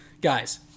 guys